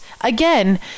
again